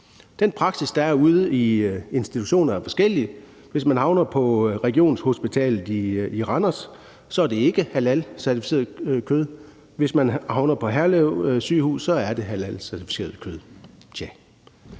Den praksis, der er ude i institutionerne, er forskellig. Hvis man havner på Regionshospitalet Randers, er det ikke halalcertificeret kød, man får. Hvis man havner på Herlev Hospital, er det halalcertificeret kød,